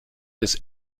des